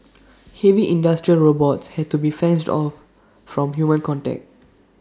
heavy industrial robots had to be fenced off from human contact